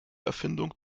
erfindung